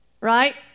Right